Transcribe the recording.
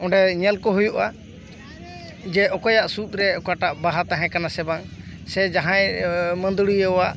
ᱚᱸᱰᱮ ᱧᱮᱞ ᱠᱚ ᱦᱩᱭᱩᱜᱼᱟ ᱡᱮ ᱚᱠᱚᱭᱟᱜ ᱥᱩᱫ ᱨᱮ ᱚᱠᱟᱴᱟᱜ ᱵᱟᱦᱟ ᱛᱟᱦᱮᱸ ᱠᱟᱱᱟ ᱥᱮ ᱵᱟᱝ ᱥᱮ ᱡᱟᱦᱟᱸᱭ ᱢᱟᱹᱫᱟᱹᱲᱤᱭᱟᱹᱣᱟᱜ